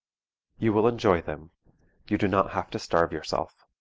you will enjoy them you do not have to starve yourself.